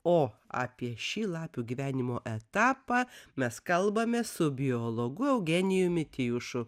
o apie šį lapių gyvenimo etapą mes kalbamės su biologu eugenijumi tijušu